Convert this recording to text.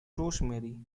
rosemary